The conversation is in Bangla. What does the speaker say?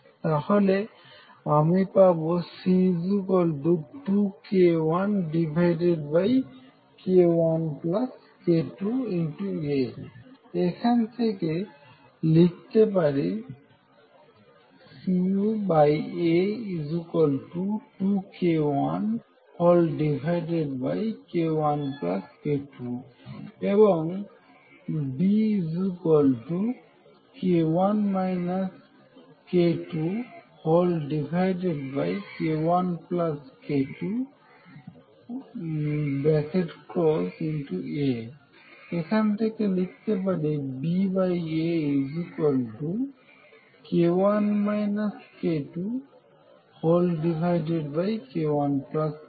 তাহলে আমি পাবো C2k1k1k2A এখান থেকে লিখতে পারি CA2k1k1k2 এবং B k1 k2k1k2 A এখান থেকে লিখতে পারি BAk1 k2k1k2